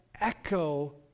echo